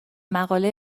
مقاله